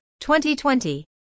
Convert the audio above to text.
2020